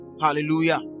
hallelujah